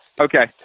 Okay